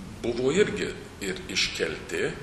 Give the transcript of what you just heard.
buvo irgi ir iškelti